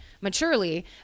maturely